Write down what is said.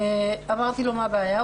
אמרתי לו, מה הבעיה?